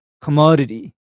commodity